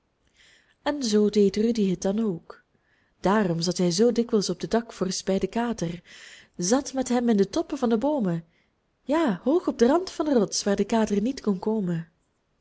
en zoo deed rudy het dan ook daarom zat hij zoo dikwijls op de dakvorst bij den kater zat met hem in de toppen van de boomen ja hoog op den rand van de rots waar de kater niet kon komen